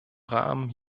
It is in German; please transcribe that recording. rahmen